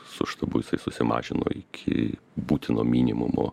su štabu jisai susimažino iki būtino minimumo